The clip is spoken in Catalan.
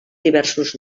diversos